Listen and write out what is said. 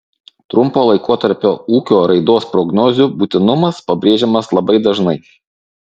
trumpo laikotarpio ūkio raidos prognozių būtinumas pabrėžiamas labai dažnai